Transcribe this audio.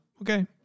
Okay